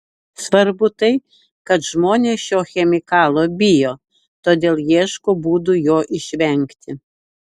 svarbu tai kad žmonės šio chemikalo bijo todėl ieško būdų jo išvengti